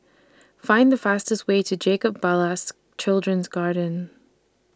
Find The fastest Way to Jacob Ballas Children's Garden